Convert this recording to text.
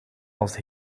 was